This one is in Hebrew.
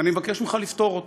ואני מבקש אותך לפטור אותי.